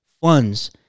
funds